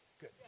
Good